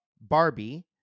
Barbie